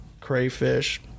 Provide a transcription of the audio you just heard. crayfish